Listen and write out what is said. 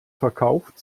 verkauft